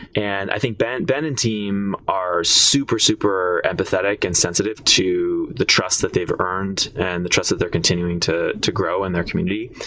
and i think ben ben and team are super, super empathetic and sensitive to the trust that they've earned and the trust that they're continuing to to grow in their community.